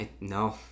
No